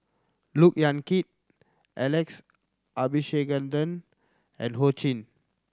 Look Yan Kit Alex Abisheganaden and Ho Ching